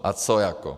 A co jako?